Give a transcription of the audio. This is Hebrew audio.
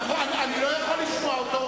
אני לא שמעתי.